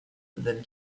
than